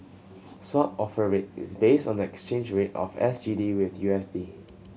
Swap Offer Rate is based on the exchange rate of S G D with U S D